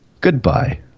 Goodbye